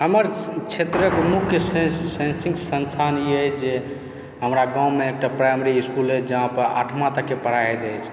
हमर क्षेत्रके मुख्य शैक्षि शैक्षणिक संस्थान अइ जे हमरा गाँवमे एकटा प्राइमरी इसकुल अइ जहाँपर आठमा तकके पढाई होइत अछि